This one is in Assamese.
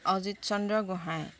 অজিত চন্দ্ৰ গোহাঁই